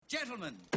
Gentlemen